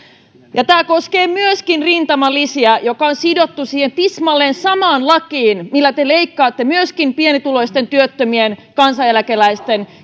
tämä koskee myöskin rintamalisiä jotka on sidottu siihen tismalleen samaan lakiin millä te leikkaatte myöskin pienituloisten työttömien kansaneläkeläisten